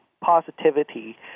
positivity